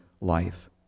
life